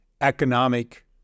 economic